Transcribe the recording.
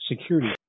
security